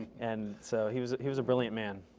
and so, he was he was a brilliant man.